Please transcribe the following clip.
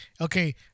Okay